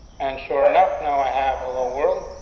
and sure enough, now i have a little world,